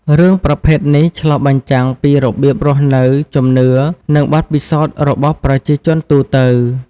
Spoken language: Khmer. រឿងប្រភេទនេះឆ្លុះបញ្ចាំងពីរបៀបរស់នៅ ជំនឿ និងបទពិសោធន៍របស់ប្រជាជនទូទៅ ។